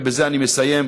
ובזה אני מסיים,